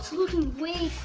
looking way